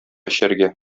эчәргә